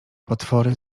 potwory